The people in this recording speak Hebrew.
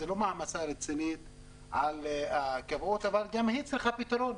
זו לא מעמסה רצינית על הכבאות אבל גם היא צריכה פתרון.